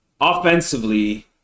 offensively